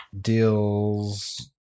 Deals